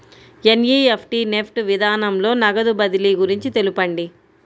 NEFT NEFT విధానంలో నగదు బదిలీ గురించి తెలుపండి?